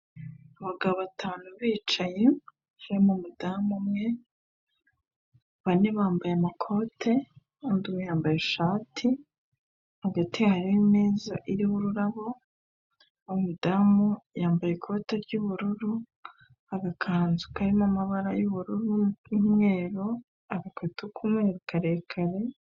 Abagabo batanu bicaye hamwe mu umudamu umwe bane bambaye amakote undi yambaye ishati hagati harimeza iho ururabo umudamu yambaye ikote ry'ubururu agakanzu karimo amabara y'ubururu n'umweru agakweto k'umweru karekare.